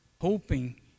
hoping